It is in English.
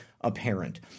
apparent